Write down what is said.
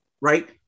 right